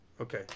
Okay